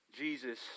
Jesus